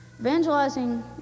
Evangelizing